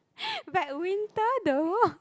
but winter the